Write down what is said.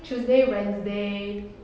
tuesday wednesday